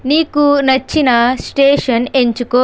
నీకు నచ్చిన స్టేషన్ ఎంచుకో